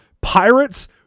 Pirates